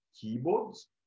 keyboards